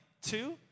two